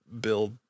build